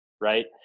right